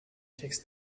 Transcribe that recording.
takes